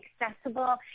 accessible